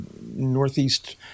northeast